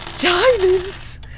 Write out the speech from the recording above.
Diamonds